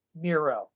Miro